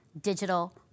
digital